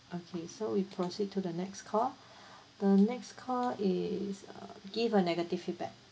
okay so we proceed to the next call the next call is uh give a negative feedback